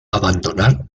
abandonar